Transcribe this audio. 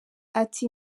ati